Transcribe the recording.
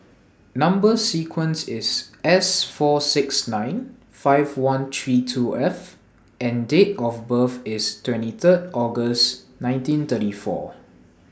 Number sequence IS S four six nine five one three two F and Date of birth IS twenty Third August nineteen thirty four